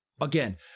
Again